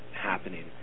happening